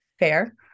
fair